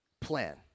plan